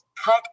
cut